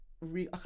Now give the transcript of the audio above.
re